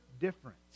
difference